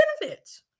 benefits